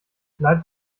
bleib